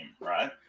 right